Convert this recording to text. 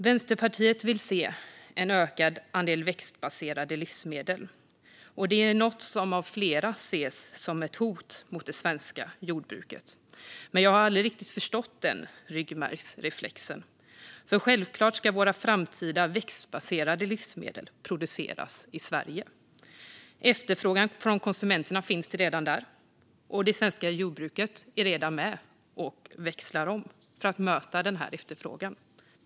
Vänsterpartiet vill se en ökad andel växtbaserade livsmedel. Detta är något som av flera ses som ett hot mot det svenska jordbruket. Jag har aldrig riktigt förstått den ryggmärgsreflexen. Självklart ska våra framtida växtbaserade livsmedel produceras i Sverige. Efterfrågan från konsumenterna finns redan, och det svenska jordbruket är redan med och växlar om för att möta denna efterfrågan.